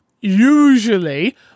usually